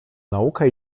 naukę